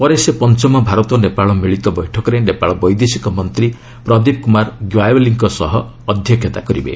ପରେ ସେ ପଞ୍ଚମ ଭାରତ ନେପାଳ ମିଳିତ ବୈଠକରେ ନେପାଳ ବୈଦେଶିକ ମନ୍ତ୍ରୀ ପ୍ରଦୀପ୍ କ୍ରମାର ଗ୍ୟାଓ୍ବାଲିଙ୍କ ସହ ଅଧ୍ୟକ୍ଷତା କରିବେ